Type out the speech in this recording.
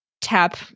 Tap